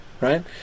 right